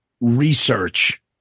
research